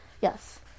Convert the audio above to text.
yes